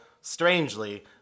strangely